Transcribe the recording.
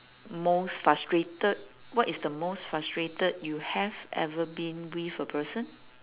most frustrated what is the most frustrated you have ever been with a person